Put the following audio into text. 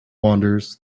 wanders